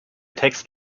text